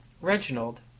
Reginald